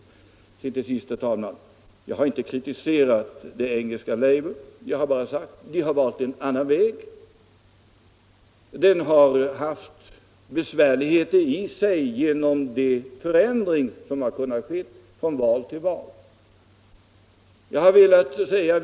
Till sist vill jag säga, herr talman, att jag inte har kritiserat det engelska labourpartiet. Jag har bara sagt att labour har valt en annan väg. Labour har haft besvärligheter genom de förändringar som har kunnat ske från val till val.